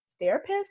therapist